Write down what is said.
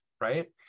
right